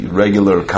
regular